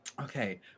Okay